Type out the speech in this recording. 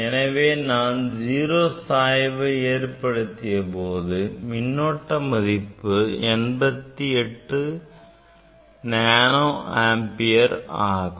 எனவே நான் 0V சாய்வை ஏற்படுத்தியபோது மின்னோட்டம் மதிப்பு 88 நேனோ ஆம்பியர் ஆகும்